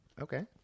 okay